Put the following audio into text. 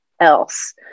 else